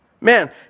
Man